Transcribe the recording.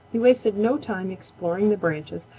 he wasted no time exploring the branches,